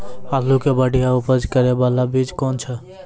आलू के बढ़िया उपज करे बाला बीज कौन छ?